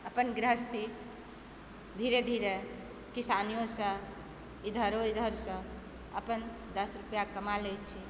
अपन गृहस्थी धीरे धीरे किसानियोसँ एम्हरो ओम्हरसँ अपन दस रुपैआ कमा लैत छी